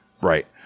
Right